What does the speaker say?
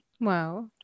Wow